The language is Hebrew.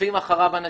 ורודפים אחריו אנשים.